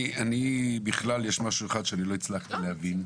אני בכלל יש משהו אחד שאני לא הצלחתי להבין.